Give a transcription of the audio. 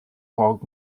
fog